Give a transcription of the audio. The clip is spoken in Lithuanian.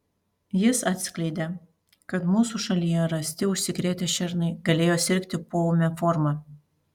jis atskleidė kad mūsų šalyje rasti užsikrėtę šernai galėjo sirgti poūme forma